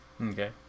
Okay